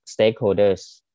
stakeholders